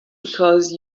because